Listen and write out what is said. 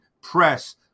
press